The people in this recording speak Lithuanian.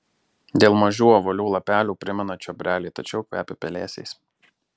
dėl mažų ovalių lapelių primena čiobrelį tačiau kvepia pelėsiais